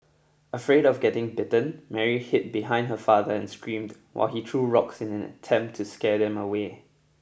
afraid of getting bitten Mary hid behind her father and screamed while he threw rocks in an attempt to scare them away